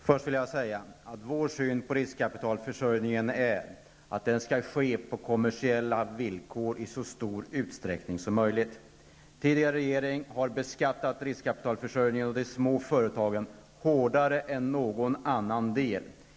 Herr talman! Först vill jag säga att vår syn på riskkapitalförsörjningen är att den i så stor utsträckning som möjligt skall ske på kommersiella villkor. Den tidigare regeringen har beskattat riskkapitalförsörjningen och de små företagen hårdare än någon annan del.